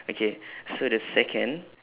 okay so the second